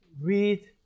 Read